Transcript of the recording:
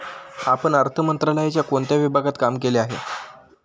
आपण अर्थ मंत्रालयाच्या कोणत्या विभागात काम केले आहे?